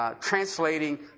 Translating